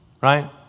Right